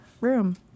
room